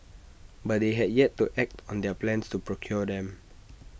but they had yet to act on their plans to procure them